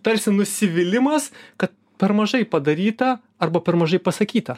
tarsi nusivylimas kad per mažai padaryta arba per mažai pasakyta